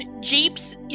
Jeeps